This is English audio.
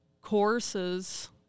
courses